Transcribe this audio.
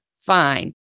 fine